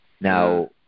Now